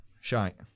shite